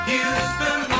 Houston